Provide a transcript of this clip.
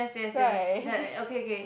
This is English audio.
right